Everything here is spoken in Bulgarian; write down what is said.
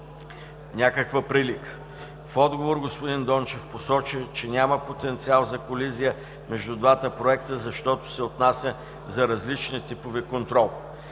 някаква прилика. В отговор господин Дончев посочи, че няма потенциал за колизия между двата проекта, защото се отнася за различни типове контрол.